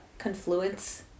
confluence